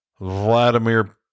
Vladimir